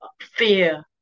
fear